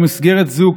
ובמסגרת זו,